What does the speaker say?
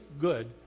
Good